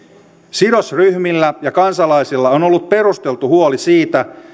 sidosryhmillä ja kansalaisilla on ollut perusteltu huoli siitä